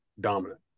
dominant